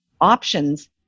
options